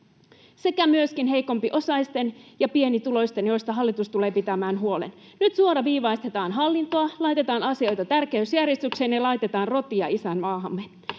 sekä myöskin heikompiosaisten ja pienituloisten osalta, joista hallitus tulee pitämään huolen. Nyt suoraviivaistetaan hallintoa, laitetaan asioita tärkeysjärjestykseen, ja laitetaan rotia isänmaahamme.